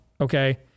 okay